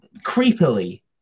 creepily